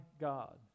God